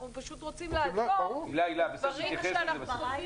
אנחנו פשוט רוצים לעזור בדברים שאנחנו חושבים